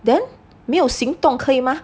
then 没有行动可以吗